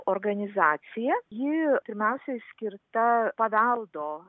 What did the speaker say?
organizacija ji pirmiausiai skirta paveldo